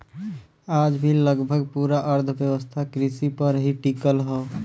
आज भी लगभग पूरा अर्थव्यवस्था कृषि पर ही टिकल हव